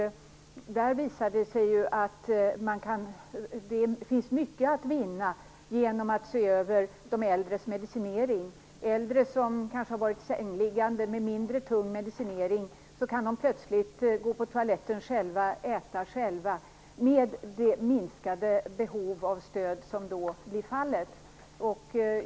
Där visar det sig att det finns mycket att vinna genom att se över de äldres medicinering. Äldre som kanske har varit sängliggande med mindre tung medicinering kan plötsligt gå på toaletten och äta själva, med minskat behov av stöd som följd.